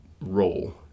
role